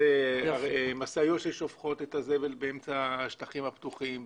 משאיות ששופכות את הזבל באמצע השטחים הפתוחים,